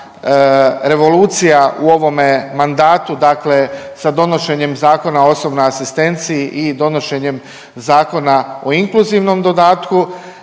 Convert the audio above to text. revolucija u ovome mandatu, dakle sa donošenjem Zakona o osobnoj asistenciji i donošenjem Zakona o inkluzivnom dodatku